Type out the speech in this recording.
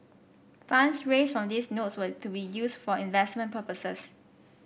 funds raised from these notes were to be used for investment purposes